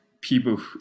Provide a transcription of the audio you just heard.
people